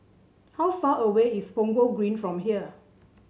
how far away is Punggol Green from here